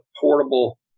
portable